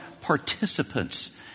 participants